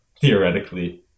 theoretically